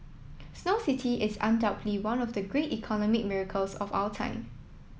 Snow City is undoubtedly one of the great economic miracles of our time